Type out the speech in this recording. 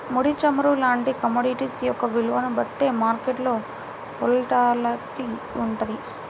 ముడి చమురు లాంటి కమోడిటీస్ యొక్క విలువని బట్టే మార్కెట్ వోలటాలిటీ వుంటది